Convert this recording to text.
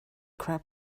crab